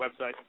website